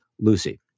Lucy